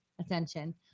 attention